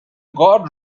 guard